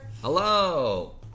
Hello